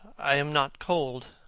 i am not cold,